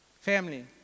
family